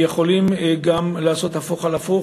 יכולים גם לעשות הפוך על הפוך.